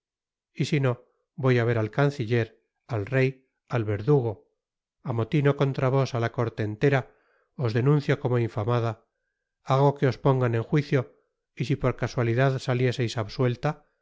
y sino voy á ver al canciller al rey al verdugo amotino contra vos á la corte entera os denuncio como infamada hago que os pongan en juicio y si por casualidad salieseis absuelta